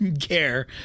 care